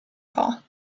call